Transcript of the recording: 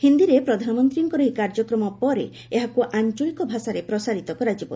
ହିନ୍ଦୀରେ ପ୍ରଧାନମନ୍ତ୍ରୀଙ୍କ ଏହି କାର୍ଯ୍ୟକ୍ରମ ପରେ ଏହାକୁ ଆଞ୍ଚଳିକ ଭାଷାରେ ପ୍ରସାରିତ କରାଯିବ